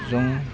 जों